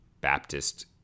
Baptist